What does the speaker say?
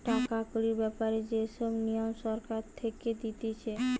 টাকা কড়ির ব্যাপারে যে সব নিয়ম সরকার থেকে দিতেছে